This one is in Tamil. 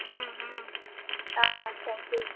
ம் ம் ஆ தேங்க் யூ